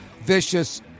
vicious